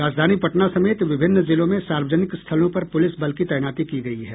राजधानी पटना समेत विभिन्न जिलों में सार्वजनिक स्थलों पर पूलिस बल की तैनाती की गयी है